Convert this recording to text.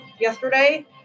yesterday